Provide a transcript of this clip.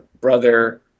brother